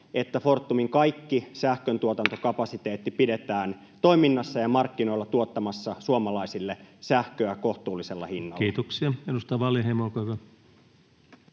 että Fortumin kaikki sähköntuotantokapasiteetti pidetään toiminnassa ja markkinoilla tuottamassa suomalaisille sähköä kohtuullisella hinnalla? Kiitoksia. — Edustaja Wallinheimo, olkaa